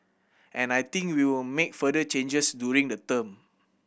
and I think we'll make further changes during the term